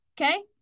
okay